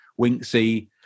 Winksy